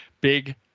big